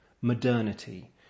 modernity